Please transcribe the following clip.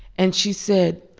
and she said,